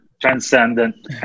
transcendent